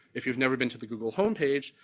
if you've never been to the google homepage,